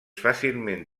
fàcilment